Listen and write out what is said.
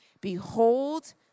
Behold